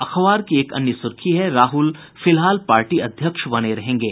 अखबार की एक अन्य सुर्खी है राहुल फिलहाल पार्टी अध्यक्ष बने रहेंगे